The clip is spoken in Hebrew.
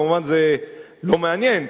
ומובן שזה לא מעניין,